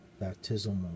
baptismal